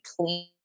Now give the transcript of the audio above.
clean